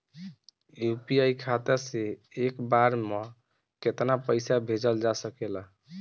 UPI खाता से एक बार म केतना पईसा भेजल जा सकेला?